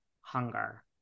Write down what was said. hunger